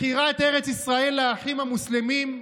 מכירת ארץ ישראל לאחים המוסלמים,